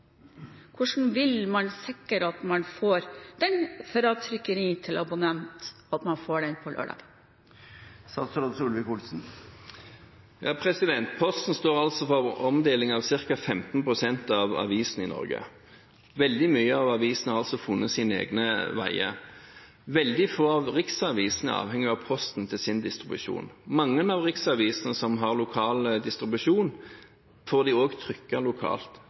Hvordan vil man sikre at man får den fra trykkeri til abonnent på lørdag? Posten står for omdeling av ca. 15 pst. av avisene i Norge. Veldig mange av avisene har altså funnet sine egne veier. Veldig få av riksavisene er avhengige av Posten til sin distribusjon. Mange av riksavisene som har lokal distribusjon, får dem også trykt lokalt.